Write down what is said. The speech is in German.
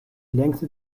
längste